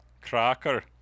Cracker